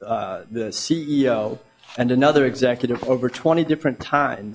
the c e o and another executive over twenty different time